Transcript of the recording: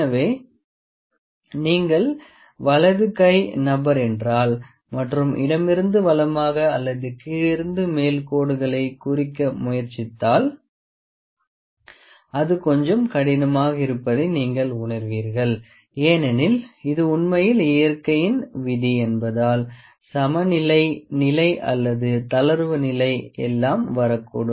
எனவே நீங்கள் வலது கை நபர் என்றால் மற்றும் இடமிருந்து வலமாக அல்லது கீழிருந்து மேல் கோடுகளைக் குறிக்க முயற்சித்தால் அது கொஞ்சம் கடினமாக இருப்பதை நீங்கள் உணர்வீர்கள் ஏனெனில் இது உண்மையில் இயற்கையின் விதி என்பதால் சமநிலை நிலை அல்லது தளர்வு நிலை எல்லாம் வரக்கூடும்